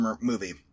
movie